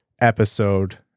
episode